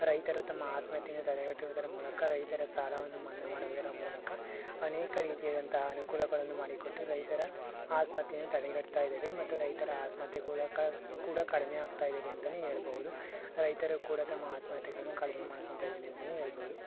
ರೈತರು ತಮ್ಮ ಆತ್ಮಹತ್ಯೆಯನ್ನು ತಡೆಗಟ್ಟುವುದರ ಮೂಲಕ ರೈತರ ಸಾಲವನ್ನು ಮನ್ನಾ ಮಾಡುವುದರ ಮೂಲಕ ಅನೇಕ ರೀತಿಯಾದಂತಹ ಅನುಕೂಲಗಳನ್ನು ಮಾಡಿಕೊಟ್ಟು ರೈತರ ಆತ್ಮಹತ್ಯೆಯನ್ನು ತಡೆಗಟ್ತಾಯಿದ್ದೇವೆ ಮತ್ತು ರೈತರ ಆತ್ಮಹತ್ಯೆಗಳು ಕೂಡ ಕಡಿಮೆ ಆಗ್ತಾಯಿದ್ದಾವೆ ಅಂತಲೇ ಹೇಳ್ಬೋದು ರೈತರು ಕೂಡ ತಮ್ಮ ಆತ್ಮಹತ್ಯೆಗಳನ್ನು ಕಡಿಮೆ ಮಾಡ್ಕೋತಾಯಿದ್ದಾನೆ ಅಂತಲೇ ಹೇಳ್ಬೋದು